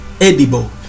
edible